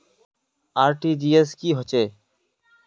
RTGS की होचए?